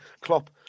Klopp